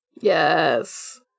Yes